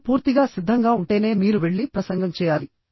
మీరు పూర్తిగా సిద్ధంగా ఉంటేనే మీరు వెళ్లి ప్రసంగం చేయాలి